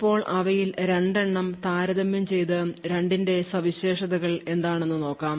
ഇപ്പോൾ അവയിൽ 2 എണ്ണം താരതമ്യം ചെയ്ത് രണ്ടിന്റെ സവിശേഷതകൾ എന്താണെന്ന് നോക്കാം